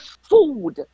food